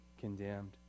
condemned